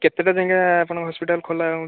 କେତେଟା ଯାଏଁ ଆପଣଙ୍କ ହସ୍ପିଟାଲ୍ ଖୋଲା ରହୁଛି